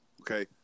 Okay